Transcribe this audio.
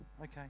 okay